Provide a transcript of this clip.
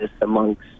amongst